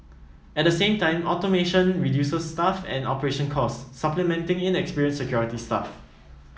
at the same time automation reduces staff and operation cost supplementing inexperienced security staff